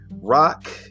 Rock